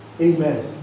Amen